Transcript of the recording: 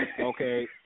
Okay